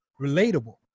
relatable